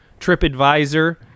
TripAdvisor